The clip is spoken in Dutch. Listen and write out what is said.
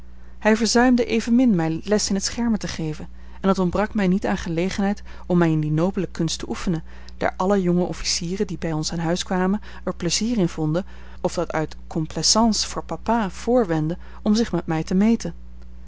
hij verzuimde evenmin mij les in het schermen te geven en het ontbrak mij niet aan gelegenheid om mij in die nobele kunst te oefenen daar alle jonge officieren die bij ons aan huis kwamen er pleizier in vonden of dat uit complaisance voor papa voorwendden om zich met mij te meten